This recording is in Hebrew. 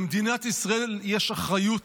למדינת ישראל יש אחריות